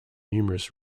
numerous